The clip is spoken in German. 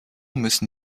müssen